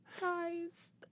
Guys